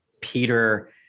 peter